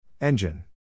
Engine